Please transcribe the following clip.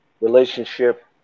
relationship